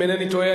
אם אינני טועה,